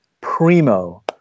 primo